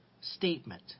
statement